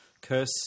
Curse